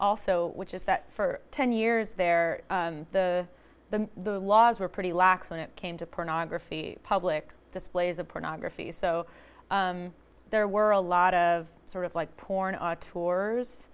also which is that for ten years there the the the laws were pretty lax when it came to pornography public displays of pornography so there were a lot of sort of like porn